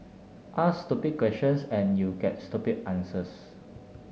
ask stupid questions and you get stupid answers